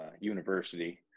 University